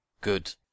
Good